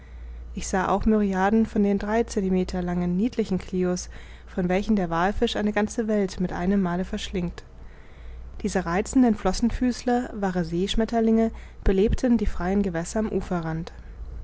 ich sah auch myriaden von den drei centimeter langen niedlichen clio's von welchen der wallfisch eine ganze welt mit einem male verschlingt diese reizenden flossenfüßler wahre seeschmetterlinge belebten die freien gewässer am uferrand